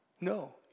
No